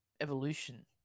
evolution